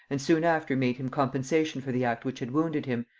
and soon after made him compensation for the act which had wounded him,